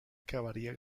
acabaría